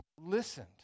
listened